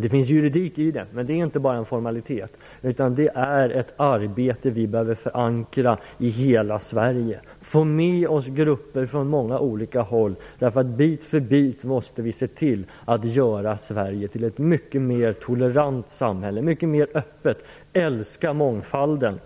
Det ligger juridik i detta, men det är inte bara en formalitet utan ett arbete som vi behöver förankra i hela Sverige. Vi behöver få med oss grupper från olika håll för att bit för bit kunna se till att göra Sverige till ett mycket mer tolerant och öppet samhälle, som älskar mångfalden.